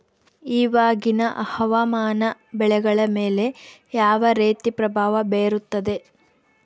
ಇವಾಗಿನ ಹವಾಮಾನ ಬೆಳೆಗಳ ಮೇಲೆ ಯಾವ ರೇತಿ ಪ್ರಭಾವ ಬೇರುತ್ತದೆ?